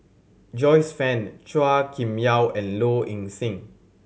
Joyce Fan Chua Kim Yeow and Low Ing Sing